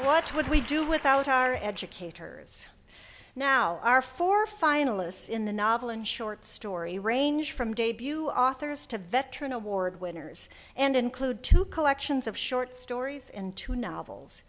what would we do without our educators now our four finalists in the novel and short story range from debut authors to veteran award winners and include two collections of short stories and two novels